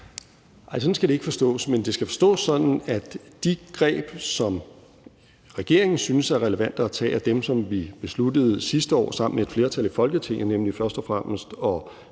Nej, sådan skal det ikke forstås. Det skal forstås sådan, at de greb, som regeringen synes er relevante at tage, er dem, som vi sammen med et flertal i Folketinget besluttede sidste